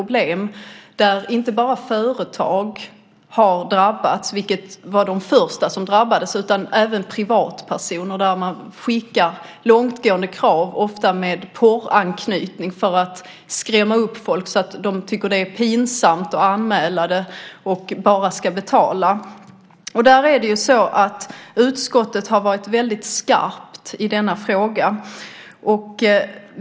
Dessutom är det inte enbart företag som drabbas, vilket var fallet i början, utan nu drabbas även privatpersoner. Man skickar långtgående krav för att skrämma upp folk. Ofta har kravet en porranknytning för att människor ska tycka att det är pinsamt att anmäla det och i stället bara betalar. Utskottet har varit väldigt skarpt i denna fråga.